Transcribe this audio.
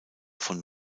von